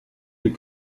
des